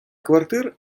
квартири